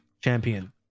champion